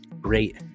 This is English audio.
Great